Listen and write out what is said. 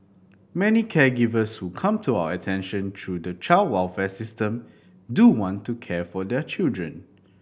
many caregivers who come to our attention through the child welfare system do want to care for their children